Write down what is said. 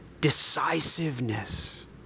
decisiveness